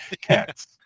cats